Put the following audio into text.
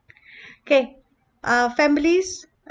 okay uh families